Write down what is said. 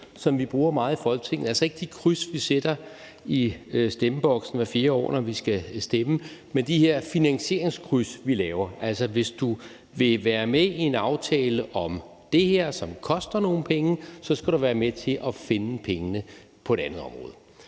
som vi bruger meget i Folketinget – altså ikke de kryds, vi sætter i stemmeboksen hvert fjerde år, når vi skal stemme, men de her finansieringskryds, vi laver. Hvis du vil være med i en aftale om det her, som koster nogle penge, skal du være med til at finde pengene på et andet område